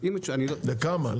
לכמה?